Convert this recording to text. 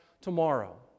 tomorrow